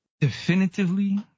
definitively